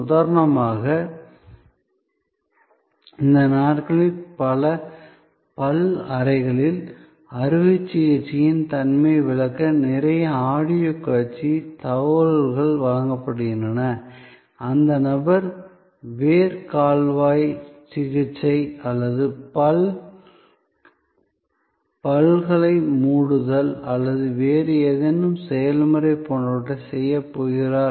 உதாரணமாக இந்த நாட்களில் பல பல் அறைகளில் அறுவை சிகிச்சையின் தன்மையை விளக்க நிறைய ஆடியோ காட்சி தகவல்கள் வழங்கப்படுகின்றன அந்த நபர் வேர் கால்வாய் சிகிச்சை அல்லது பற்களை மூடுதல் அல்லது வேறு ஏதேனும் செயல்முறை போன்றவற்றை செய்யப் போகிறார்